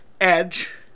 Edge